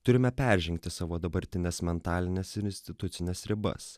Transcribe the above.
turime peržengti savo dabartines mentalines institucines ribas